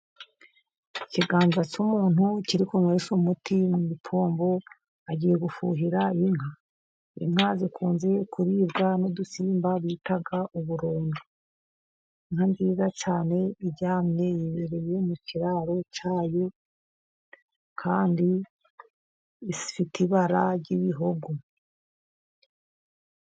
Ikiganza cy'umuntu kiri kunywesha umuti mu ipombo agiye gufuhira inka, inka zikunze kuribwa n'udusimba bita uburondwe, inka nziza cyane iryamye ,yibereye mu kiraro cyayo, kandi ifite ibara ry'ibihogo.